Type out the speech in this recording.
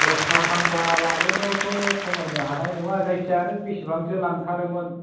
दस्था फांबा लाबोनायावथ' खमायनो हानाय नङा जायखिजाया नों बेसेबांसो लांथारोमोन